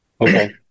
Okay